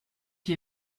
qui